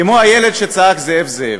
כמו הילד שצעק "זאב, זאב".